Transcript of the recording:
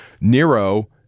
Nero